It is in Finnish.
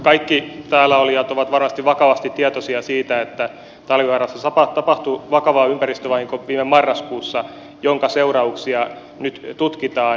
kaikki täällä olijat ovat varmasti vakavasti tietoisia siitä että talvivaarassa tapahtui vakava ympäristövahinko viime marraskuussa jonka seurauksia nyt tutkitaan